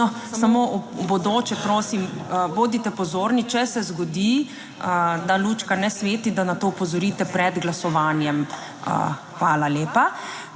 No, samo v bodoče, prosim bodite pozorni, če se zgodi, da lučka ne sveti, da na to opozorite pred glasovanjem. Hvala lepa.